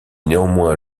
néanmoins